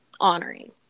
honoring